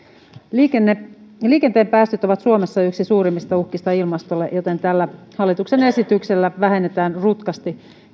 liikenteen päästöt ovat suomessa yksi suurimmista uhkista ilmastolle joten tällä hallituksen esityksellä vähennetään rutkasti